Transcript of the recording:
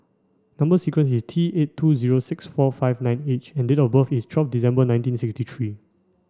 number sequence is T eight two zero six four five nine H and date of birth is twelve December nineteen sixty three